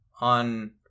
on